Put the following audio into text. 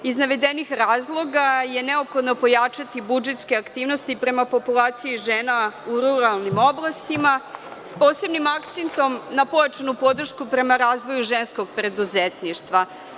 Iz navedenih razloga je neophodno pojačati budžetske aktivnosti prema populaciji žena u ruralnim oblastima, s posebnim akcentom na pojačanu podršku prema razvoju ženskog preduzetništva.